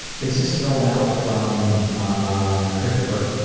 this is filled out from ah christopher,